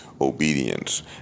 obedience